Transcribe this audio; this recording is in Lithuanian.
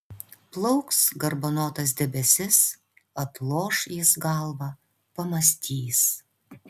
plauks garbanotas debesis atloš jis galvą pamąstys